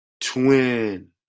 Twin